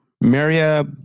Maria